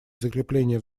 закрепления